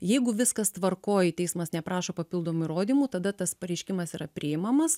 jeigu viskas tvarkoj teismas neprašo papildomų įrodymų tada tas pareiškimas yra priimamas